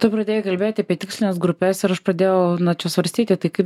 tu pradėjai kalbėti apie tikslines grupes ir aš pradėjau nu čia svarstyti tai kaip